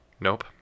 Nope